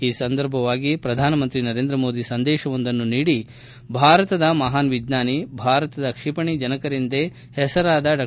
ಈ ಸಂದರ್ಭವಾಗಿ ಪ್ರಧಾನಮಂತ್ರಿ ನರೇಂದ್ರಮೋದಿ ಸಂದೇಶವೊಂದನ್ನು ನೀಡಿ ಭಾರತದ ಮಹಾನ್ ವಿಜ್ವಾನಿ ಭಾರತದ ಕ್ಷಿಪಣಿ ಜನಕರೆಂದೇ ಹೆಸರಾದ ಡಾ